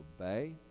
obey